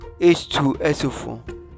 H2SO4